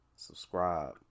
Subscribe